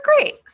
great